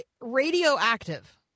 radioactive